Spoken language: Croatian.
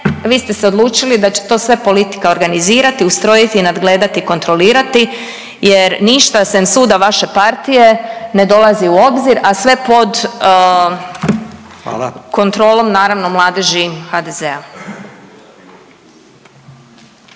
vi ste se odlučili da će se to sve politika organizirati, ustrojiti, nadgledati, kontrolirati jer ništa sem suda vaše partije ne dolazi u obzir, a sve pod kontrolom … …/Upadica